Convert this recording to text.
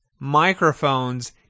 microphones